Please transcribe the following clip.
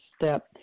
step